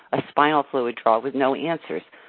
a spinal fluid draw with no answers.